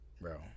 Bro